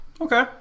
Okay